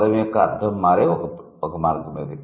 పదం యొక్క అర్థం మారే ఒక మార్గం ఇది